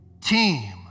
team